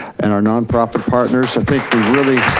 and our non-profit partners i think we really.